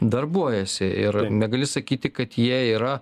darbuojasi ir negali sakyti kad jie yra